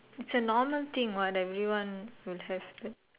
it's a normal thing what everyone will have that